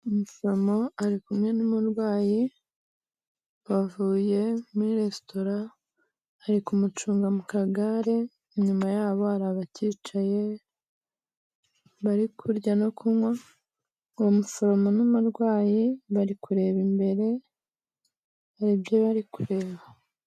Umuforomo ari kumwe n'umurwayi, bavuye muri resitora, ari kumucunga mu kagare. Inyuma yabo hari abakicaye, bari kurya no kunywa. Uwo muforomo n'umurwayi bari kureba imbere, hari ibyo bari kureba.